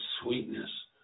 sweetness